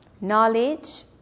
knowledge